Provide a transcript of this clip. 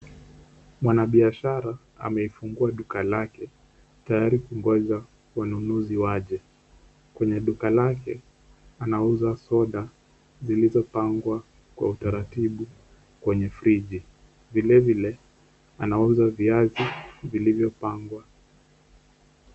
Mwanabiashara ameifungua duka lake tayari kungoja wanunuzi waje. Kwenye duka lake anauza soda zilizopangwa kwa utaratibu kwenye friji. Vilevile anauza viazi vilivyopangwa.